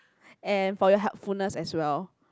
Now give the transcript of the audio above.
and for your helpfulness as well